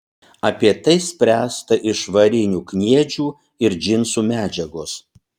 apie tai spręsta iš varinių kniedžių ir džinsų medžiagos